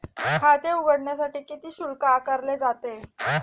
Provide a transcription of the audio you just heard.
खाते उघडण्यासाठी किती शुल्क आकारले जाते?